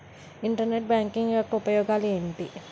Internet banking యెక్క ఉపయోగాలు ఎంటి?